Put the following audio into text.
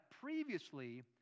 previously